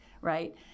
right